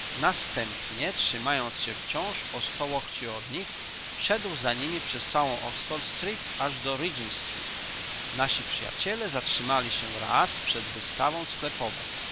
następnie trzymając się wciąż o sto łokci od nich szedł za nimi przez całą oxford street aż do regent street nasi przyjaciele zatrzymali się raz przed wystawą sklepową